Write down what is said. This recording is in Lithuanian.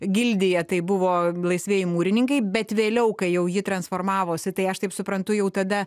gildija tai buvo laisvieji mūrininkai bet vėliau kai jau ji transformavosi tai aš taip suprantu jau tada